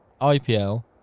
IPL